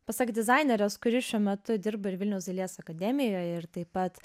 pasak dizainerės kuri šiuo metu dirba ir vilniaus dailės akademijoje ir taip pat